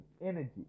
energy